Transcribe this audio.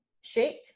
shaped